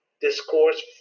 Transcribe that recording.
Discourse